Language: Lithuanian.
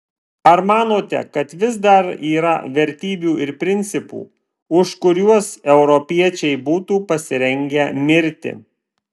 ar manote kad vis dar yra vertybių ir principų už kuriuos europiečiai būtų pasirengę mirti